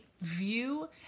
view